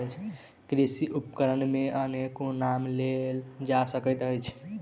कृषि उपकरण मे अनेको नाम लेल जा सकैत अछि